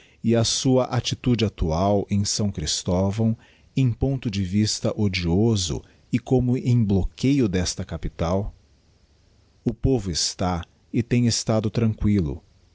e a sua attitude actual em s christovão em ponto de vista odioso e como em bloqueio desta capital o povo está e tem estado tranquillo